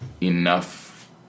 enough